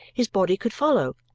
his body could follow,